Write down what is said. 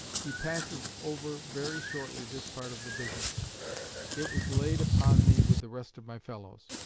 he passes over very shortly this part of the business it was laid upon me with the rest of my fellows